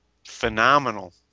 phenomenal